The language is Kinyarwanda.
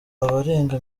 abarenga